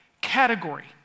category